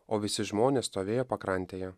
o visi žmonės stovėjo pakrantėje